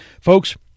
Folks